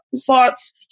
thoughts